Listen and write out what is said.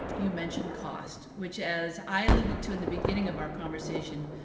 you mentioned cost, which as i alluded to in the beginning of our conversation,